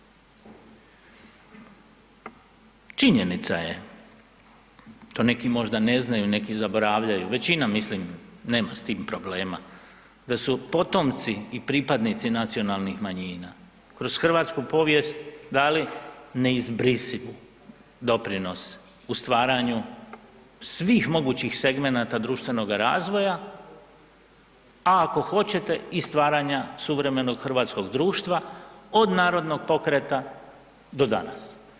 Činjenica je, to neki možda ne znaju, neki zaboravljaju, većina mislim nema s tim problema da su potomci i pripadnici nacionalnih manjina kroz hrvatsku povijest dali neizbrisivu doprinos u stvaranju svih mogućih segmenata društvenoga razvoja, a ako hoćete i stvaranja suvremenog hrvatskog društva od narodnog pokreta do danas.